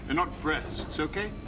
not breasts, okay!